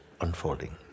unfolding